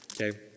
Okay